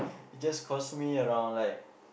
just cost me around like